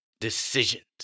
decisions